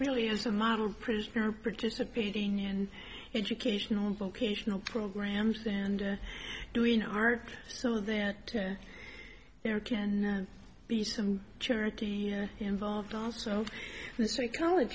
really is a model prisoner participating in educational vocational programs and doing art so that there can be some charity involved also